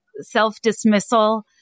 self-dismissal